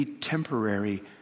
temporary